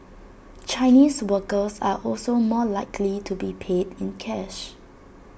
Chinese workers are also more likely to be paid in cash